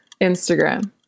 Instagram